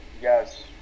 Yes